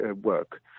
work